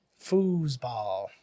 Foosball